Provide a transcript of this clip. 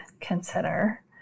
consider